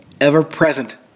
ever-present